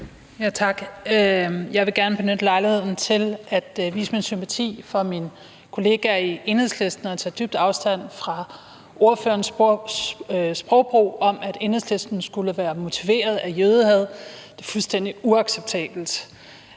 Tak. Jeg vil gerne benytte lejligheden til at vise min sympati for mine kollegaer i Enhedslisten og til at tage dybt afstand fra ordførerens sprogbrug med, at Enhedslisten skulle være motiveret af jødehad. Det er fuldstændig uacceptabelt.